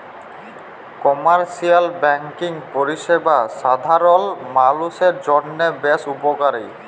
commercial banking পরিষেবা সাধারল মালুষের জন্হে বেশ উপকারী